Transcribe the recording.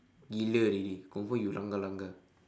gila already confirm you langgar langgar